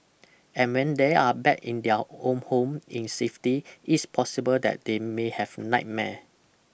and when they are back in their own home in safety it's possible that they may have nightmare